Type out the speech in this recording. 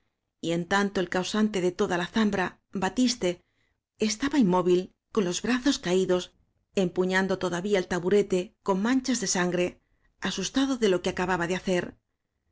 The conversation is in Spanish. y en tanto el causante de toda la zambra batiste estaba inmóvil con los brazos caídos empuñando toda vía el taburete con manchas de sangre asus tado de lo que acababa de hacer